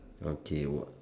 okay what